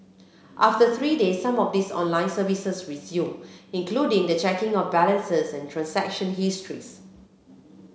after three days some of this online services resume including the checking of balances and transaction histories